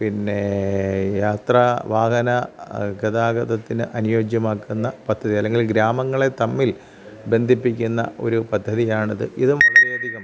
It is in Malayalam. പിന്നെ യാത്ര വാഹന ഗതാഗതത്തിന് അനുയോജ്യമാക്കുന്ന പദ്ധതി അല്ലെങ്കിൽ ഗ്രാമങ്ങളെ തമ്മിൽ ബന്ധിപ്പിക്കുന്ന ഒരു പദ്ധതിയാണിത് ഇതും വളരെയധികം